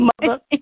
mother